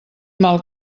mal